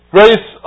Grace